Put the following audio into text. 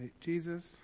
Jesus